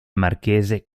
marchese